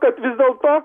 kad vis dėlto